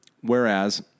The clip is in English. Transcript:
Whereas